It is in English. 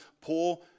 poor